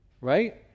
Right